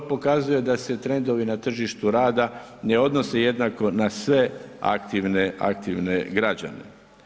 To pokazuje da se trendovi na tržištu rada, ne odnose jednako na sve aktivne građane.